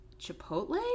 Chipotle